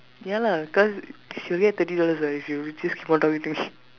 ya lah cause she will get thirty dollars what if you just keep on talking to me